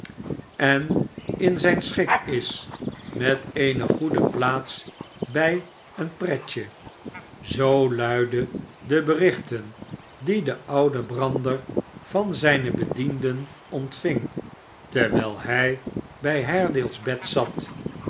en in zijn schik is met eene goede plaats bij een pretje zoo luidden de berichten die de oude brander van zijne bedien den ontving terwijl hij bij haredale's bed zat